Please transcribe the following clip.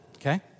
Okay